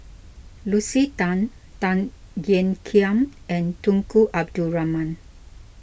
Lucy Tan Tan Ean Kiam and Tunku Abdul Rahman